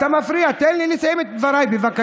לא, אתה מפריע, תן לי לסיים את דבריי, בבקשה.